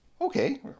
okay